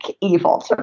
evil